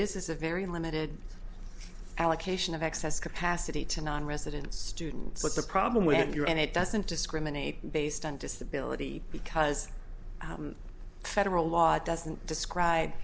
is is a very limited allocation of excess capacity to nonresident students what's the problem with your and it doesn't discriminate based on disability because federal law doesn't describe